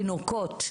תינוקות,